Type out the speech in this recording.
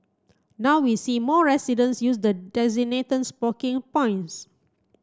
now we see more residents use the designated smoking points